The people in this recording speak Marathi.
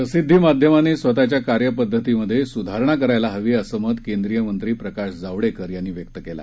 प्रसिद्धी माध्यमांनी स्वतःच्या कार्यपद्धतीत सुधारणा करायला हवी असं मत केंद्रीय मंत्री प्रकाश जावडक्रि यांनी व्यक्त कल्लि